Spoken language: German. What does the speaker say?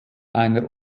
einer